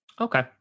Okay